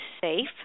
safe